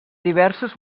diversos